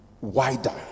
wider